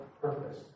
purpose